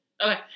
Okay